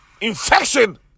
infection